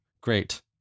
Great